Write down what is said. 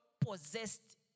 possessed